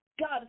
God